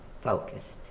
focused